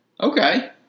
Okay